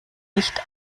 nicht